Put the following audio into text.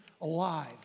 alive